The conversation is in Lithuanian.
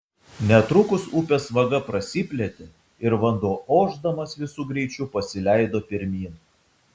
netrukus upės vaga prasiplėtė ir vanduo ošdamas visu greičiu pasileido pirmyn